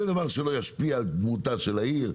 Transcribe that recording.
זה דבר שלא ישפיע על דמותה של העיר,